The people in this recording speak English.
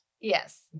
Yes